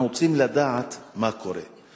אנחנו רוצים לדעת מה קורה.